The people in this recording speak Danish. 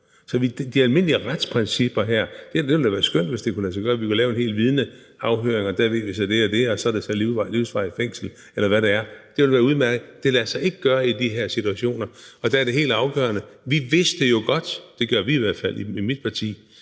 til de almindelige retsprincipper ville det da være skønt, hvis det kunne lade sig gøre, at vi kunne lave vidneafhøringer, få det og det at vide og så give livsvarigt fængsel, eller hvad det måtte være. Det ville være udmærket, men det lader sig ikke gøre i de her situationer, og det er det helt afgørende. Vi ved jo godt – det gør vi i hvert fald i mit parti